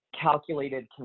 calculated